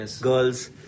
girls